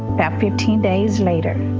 about fifteen days later.